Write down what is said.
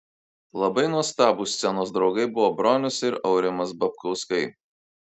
labai nuostabūs scenos draugai buvo bronius ir aurimas babkauskai